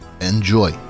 enjoy